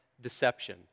deception